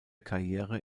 karriere